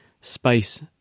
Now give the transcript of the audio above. space